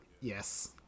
Yes